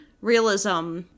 realism